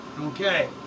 Okay